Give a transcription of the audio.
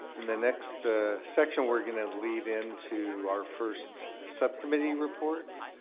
in the next section we're going to and lead into our first subcommittee report.